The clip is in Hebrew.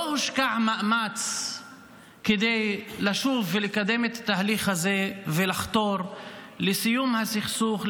לא הושקע מאמץ כדי לשוב ולקדם את התהליך הזה ולחתור לסיום הסכסוך,